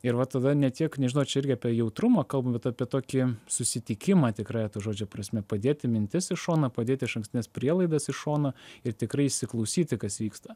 ir va tada ne tiek nežinau ar čia irgi apie jautrumą kalbam bet apie tokį susitikimą tikrąja to žodžio prasme padėti mintis į šoną padėti išankstines prielaidas į šoną ir tikrai įsiklausyti kas vyksta